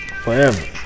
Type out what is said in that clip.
forever